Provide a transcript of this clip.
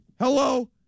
hello